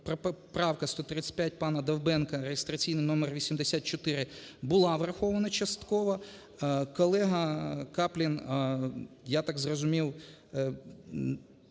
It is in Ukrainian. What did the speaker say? що правка 135 пана Довбенка (реєстраційний номер 84) була врахована частково. Колега Каплін, я так зрозумів,